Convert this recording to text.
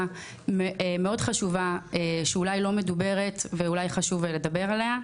מאוד חשובה שאולי לא מדוברת ואולי חשוב לדבר עליה,